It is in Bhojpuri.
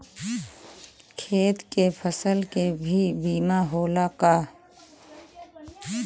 खेत के फसल के भी बीमा होला का?